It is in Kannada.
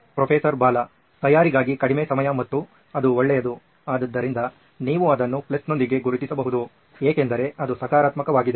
ಪ್ರೊಫೆಸರ್ ಬಾಲಾ ತಯಾರಿಗಾಗಿ ಕಡಿಮೆ ಸಮಯ ಮತ್ತು ಅದು ಒಳ್ಳೆಯದು ಆದ್ದರಿಂದ ನೀವು ಅದನ್ನು ಪ್ಲಸ್ನೊಂದಿಗೆ ಗುರುತಿಸಬಹುದು ಏಕೆಂದರೆ ಅದು ಸಕಾರಾತ್ಮಕವಾಗಿದೆ